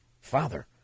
father